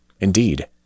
Indeed